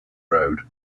road